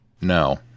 No